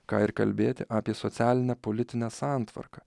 ką ir kalbėti apie socialinę politinę santvarką